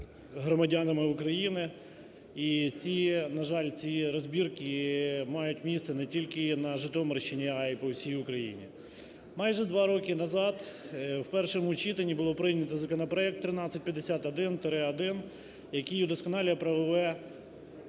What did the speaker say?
громадянами України, і, на жаль, ці розбірки мають місце не тільки на Житомирщині, а й по всій Україні. Майже два роки назад, в першому читанні, було прийнято законопроект 1351-1, який удосконалює правове